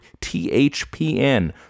THPN